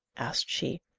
asked she.